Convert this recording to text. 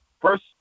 first